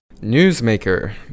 Newsmaker